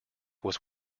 was